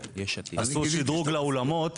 אני גיליתי שעשו שדרוג לאולמות,